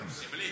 סמלי.